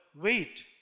wait